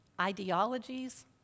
ideologies